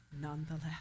nonetheless